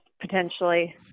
potentially